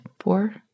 four